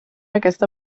aquesta